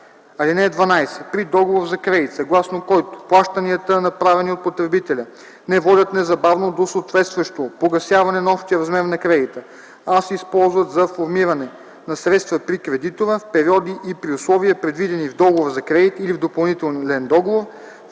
(12) При договор за кредит, съгласно който плащанията, направени от потребителя, не водят незабавно до съответстващо погасяване на общия размер на кредита, а се използват за формиране на средства при кредитора, в периоди и при условия, предвидени в договора за кредит или в допълнителен договор,